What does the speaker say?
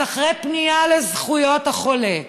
אז אחרי פנייה לזכויות החולה,